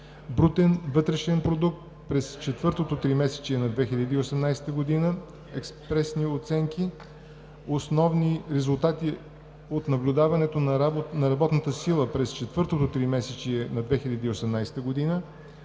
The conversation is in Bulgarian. брутен вътрешен продукт през четвъртото тримесечие на 2018 г. – експресни оценки, основни резултати от наблюдаването на работната сила през четвъртото тримесечие на 2018 г.;